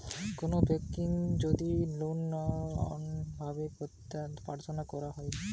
কোনো বেংকের যদি লোন লেওয়া অনলাইন ভাবে প্রার্থনা করা হতিছে